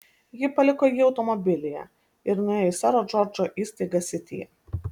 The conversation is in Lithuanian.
ji paliko jį automobilyje ir nuėjo į sero džordžo įstaigą sityje